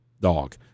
dog